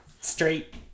straight